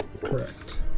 Correct